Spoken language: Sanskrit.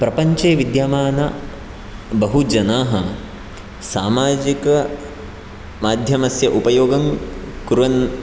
प्रपञ्चे विद्यमानबहुजनाः सामाजिकमाध्यमस्य उपयोगं कुर्वन्